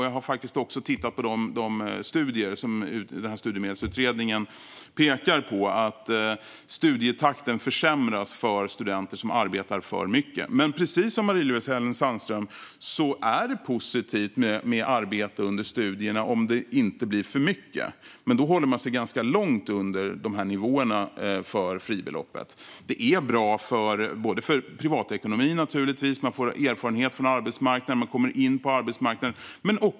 Jag har också tittat på de studier som Studiemedelsutredningen pekar på som visar att studietakten försämras för studenter som arbetar för mycket. Om det inte blir för mycket är det dock, precis som Marie-Louise Hänel Sandström säger, positivt med arbete under studierna. Men då håller man sig ganska långt under nivåerna för fribeloppet. Det är naturligtvis bra för privatekonomin. Man får också erfarenhet från arbetsmarknaden och kommer in där.